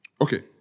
Okay